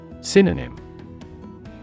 Synonym